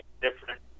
different